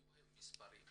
אני אוהב מספרים,